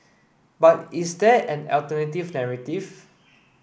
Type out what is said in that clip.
but is there an alternative narrative